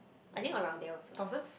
I think around there also lah